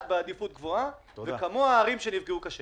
בעדיפות גבוהה וכמוה בערים שנפגעו קשה.